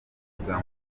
n’ubwa